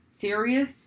serious